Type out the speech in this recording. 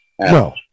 No